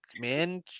man